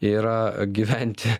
yra gyventi